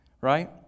Right